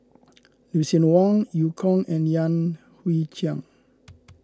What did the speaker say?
Lucien Wang Eu Kong and Yan Hui Chang